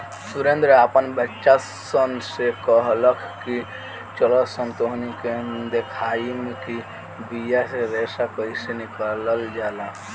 सुरेंद्र आपन बच्चा सन से कहलख की चलऽसन तोहनी के देखाएम कि बिया से रेशा कइसे निकलाल जाला